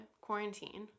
quarantine